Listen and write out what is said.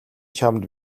чамд